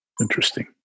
Interesting